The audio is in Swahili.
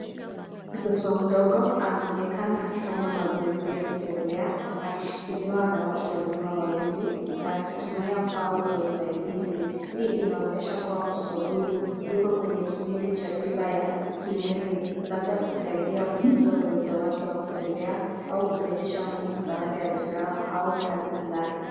Mtoto mdogo anaonekana akifanya mazoezi ya kutembea akishikiliwa na watu wazima wawili na akitumia pau za usaidizi hii inaonyesha kuwa mtoto huyu yuko kwenye kipindi cha tiba ya kimwili labda kusaidia kukuza uwezo wake wa kutembea au kurejesha nguvu baada ya jeraha au hali fulani.